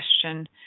question